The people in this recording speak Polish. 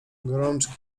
gorączki